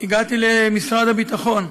הגעתי למשרד הביטחון,